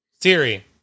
Siri